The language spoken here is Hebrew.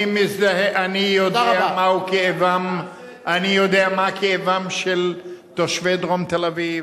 אני מזדהה ויודע מה כאבם של תושבי דרום תל-אביב,